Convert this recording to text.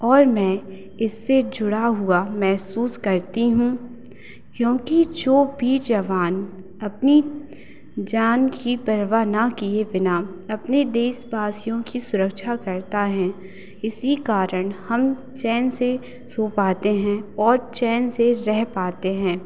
और मैं इससे जुड़ा हुआ महसूस करती हूँ क्योंकि जो वीर जवान अपनी जान की परवाह ना किए बिना अपने देशवासियों की सुरक्षा करता हैं इसी कारण हम चैन से सो पाते हैं और चैन से रह पाते हैं